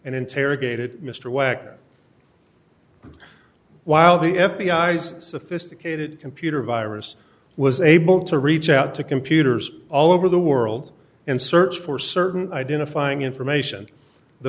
interrogated mr wagner while the f b i s sophisticated computer virus was able to reach out to computers all over the world and search for certain identifying information the